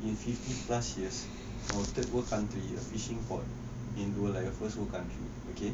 in fifty plus years of third world country officiating port in the world like a first world country okay